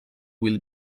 will